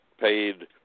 paid